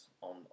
on